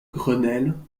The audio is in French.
grenelle